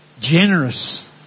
generous